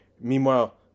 Meanwhile